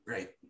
Right